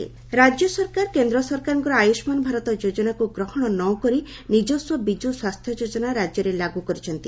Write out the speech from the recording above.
ମର୍ମେନ୍ଦ୍ର ପ୍ରଧାନ ରାଜ୍ୟ ସରକାର କେନ୍ଦ୍ର ସରକାରଙ୍କ ଆୟୁଷ୍ମାନ ଭାରତ ଯୋଜନାକୁ ଗ୍ରହଶ ନ କରି ନିଜସ୍ୱ ବିଜୁ ସ୍ୱାସ୍ଥ୍ୟ ଯୋଜନା ରାଜ୍ୟରେ ଲାଗୁ କରିଛନ୍ତି